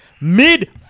mid